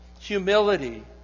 humility